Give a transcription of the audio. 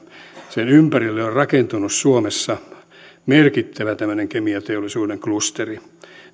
sen ympärille on on rakentunut suomessa merkittävä tämmöinen kemianteollisuuden klusteri